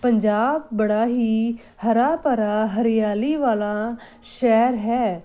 ਪੰਜਾਬ ਬੜਾ ਹੀ ਹਰਾ ਭਰਾ ਹਰਿਆਲੀ ਵਾਲਾ ਸ਼ਹਿਰ ਹੈ